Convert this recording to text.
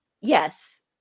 Yes